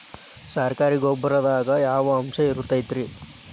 ಸರಕಾರಿ ಗೊಬ್ಬರದಾಗ ಯಾವ ಅಂಶ ಇರತೈತ್ರಿ?